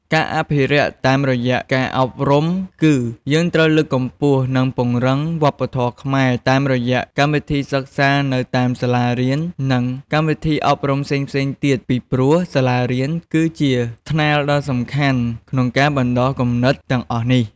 ការអភិរក្សតាមរយៈការអប់រំគឺ យើងត្រូវលើកកម្ពស់ និងពង្រឹងវប្បធម៌ខ្មែរតាមរយៈកម្មវិធីសិក្សានៅតាមសាលារៀន និងកម្មវិធីអប់រំផ្សេងៗទៀត ពីព្រោះសាលារៀនគឺជាថ្នាលដ៏សំខាន់ក្នុងការបណ្ដុះគំនិតទាំងអស់នេះ។